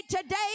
today